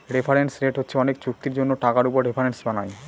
reference rate হচ্ছে অনেক চুক্তির জন্য টাকার উপর রেফারেন্স বানায়